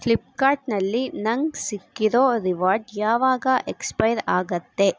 ಫ್ಲಿಪ್ಕಾರ್ಟ್ನಲ್ಲಿ ನಂಗೆ ಸಿಕ್ಕಿರೋ ರಿವಾರ್ಡ್ ಯಾವಾಗ ಎಕ್ಸ್ಪೈರ್ ಆಗತ್ತೆ